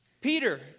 Peter